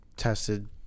tested